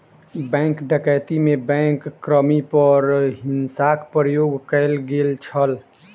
bank डकैती में bank कर्मी पर हिंसाक प्रयोग कयल गेल छल